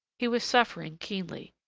he was suffering keenly,